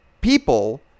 people